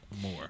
more